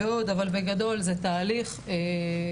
זה תהליך.